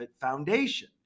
foundation